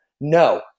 No